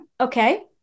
Okay